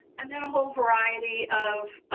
and then a whole variety of